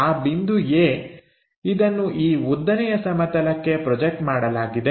ಆ ಬಿಂದು A ಇದನ್ನು ಈ ಉದ್ದನೆಯ ಸಮತಲಕ್ಕೆ ಪ್ರೊಜೆಕ್ಟ್ ಮಾಡಲಾಗಿದೆ